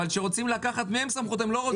אבל כשרוצים לקחת מהם סמכות הם לא רוצים.